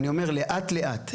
אני אומר, לאט-לאט.